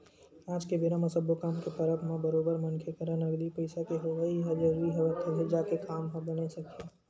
आज के बेरा म सब्बो काम के परब म बरोबर मनखे करा नगदी पइसा के होवई ह जरुरी हवय तभे जाके काम ह बने सकही